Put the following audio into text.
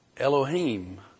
Elohim